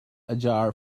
ajar